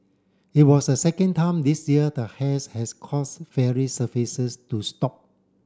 it was a second time this year the haze has caused ferry services to stop